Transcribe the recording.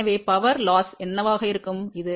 எனவே மின் இழப்பு என்னவாக இருக்கும் இது